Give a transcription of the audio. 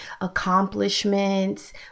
accomplishments